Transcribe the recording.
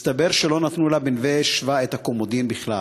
מסתבר שלא נתנו לה ב"נווה שבא" את ה"קומדין" בכלל.